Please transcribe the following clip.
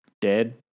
Dead